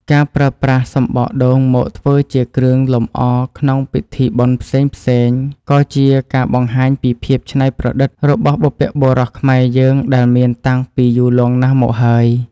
ការប្រើប្រាស់សម្បកដូងមកធ្វើជាគ្រឿងលម្អក្នុងពិធីបុណ្យផ្សេងៗក៏ជាការបង្ហាញពីភាពច្នៃប្រឌិតរបស់បុព្វបុរសខ្មែរយើងដែលមានតាំងពីយូរលង់ណាស់មកហើយ។